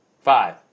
Five